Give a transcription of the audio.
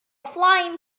flying